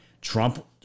Trump